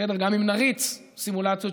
גם אם נריץ סימולציות,